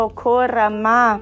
korama